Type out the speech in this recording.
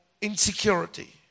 insecurity